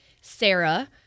Sarah